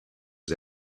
was